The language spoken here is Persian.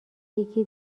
یکی